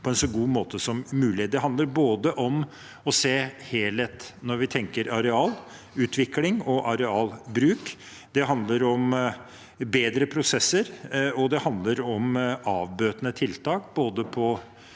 Det handler om å se helheten når vi tenker arealutvikling og arealbruk, det handler om bedre prosesser, og det handler om avbøtende tiltak på